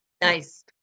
Nice